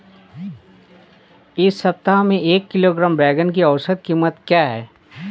इस सप्ताह में एक किलोग्राम बैंगन की औसत क़ीमत क्या है?